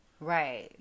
Right